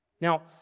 Now